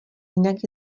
jinak